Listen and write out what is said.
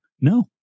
No